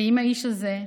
ועם האיש הזה,